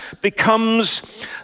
becomes